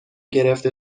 گرفته